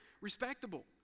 respectable